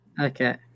Okay